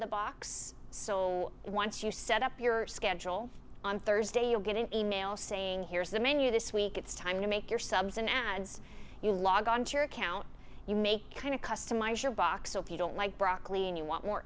the box so once you set up your schedule on thursday you'll get an e mail saying here's the menu this week it's time to make your subs and ads you log on to your account you make kind of customize your box so if you don't like broccoli and you want more